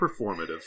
performative